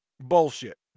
Bullshit